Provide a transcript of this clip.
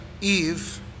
Eve